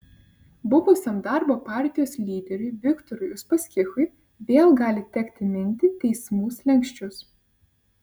buvusiam darbo partijos lyderiui viktorui uspaskichui vėl gali tekti minti teismų slenksčius